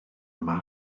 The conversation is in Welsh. yma